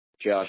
Josh